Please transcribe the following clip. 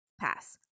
pass